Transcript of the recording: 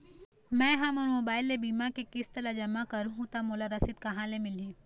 मैं हा मोर मोबाइल ले बीमा के किस्त ला जमा कर हु ता मोला रसीद कहां ले मिल ही?